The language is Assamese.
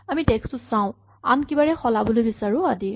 আমি টেক্স্ট টো চাও আন কিবাৰে সলাবলৈও বিচাৰো আদি